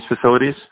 facilities